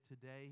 today